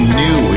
new